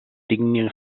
tingui